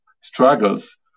struggles